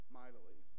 mightily